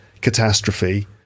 catastrophe